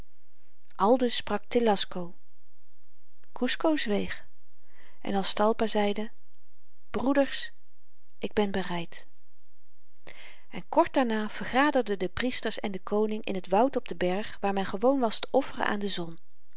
aldus sprak telasco kusco zweeg en aztalpa zeide broeders ik ben bereid en kort daarna vergaderden de priesters en de koning in het woud op den berg waar men gewoon was te offeren aan de zon